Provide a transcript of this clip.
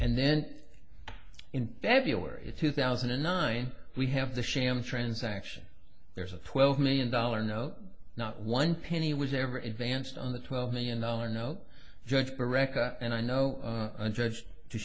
and then in february two thousand and nine we have the sham transaction there's a twelve million dollar note not one penny was ever advanced on the twelve million dollar note judge correct and i know and judge